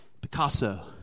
Picasso